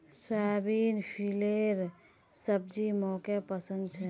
soybean फलीर सब्जी मोक पसंद छे